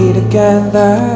together